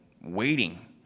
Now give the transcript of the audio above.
waiting